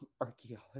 Archaeology